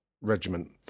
Regiment